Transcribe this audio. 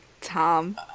Tom